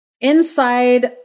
inside